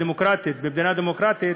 הדמוקרטית, במדינה דמוקרטית,